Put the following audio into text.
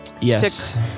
yes